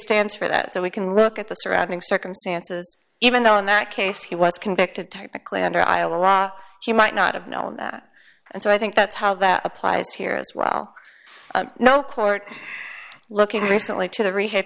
stands for that so we can look at the surrounding circumstances even though in that case he was convicted type of clear under iowa law he might not have known that and so i think that's how that applies here as well no court looking recently to the rehab